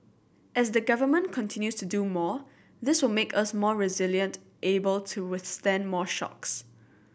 as the Government continues to do more this will make us more resilient able to withstand more shocks